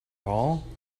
all